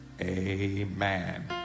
Amen